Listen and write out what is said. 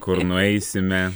kur nueisime